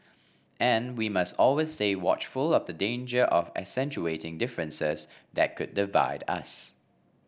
and we must always stay watchful of the danger of accentuating differences that could divide us